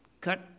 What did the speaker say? cut